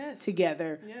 together